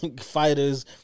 Fighters